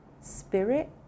Spirit